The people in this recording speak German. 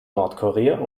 nordkorea